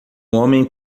homem